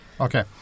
Okay